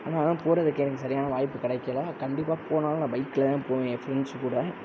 ஆனாலும் போறதுக்கு எனக்கு சரியான வாய்ப்பு கிடைக்கல கண்டிப்பாக போனாலும் நான் பைக்கில்தான் போவேன் என் ஃபரெண்ட்ஸ் கூட